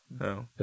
No